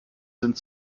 sind